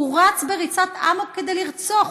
הוא רץ בריצת אמוק כדי לרצוח.